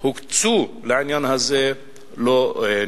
הוקצו לעניין הזה לא נפדו.